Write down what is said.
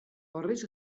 horrez